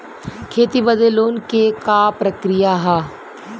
खेती बदे लोन के का प्रक्रिया ह?